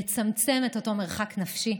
לצמצם את אותו מרחק נפשי,